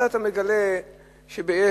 אז אתה מגלה שבעצם